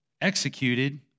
executed